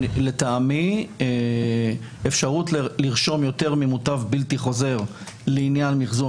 לטעמי אפשרות לרשום יותר ממוטב בלתי חוזר לעניין מחזור